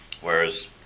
Whereas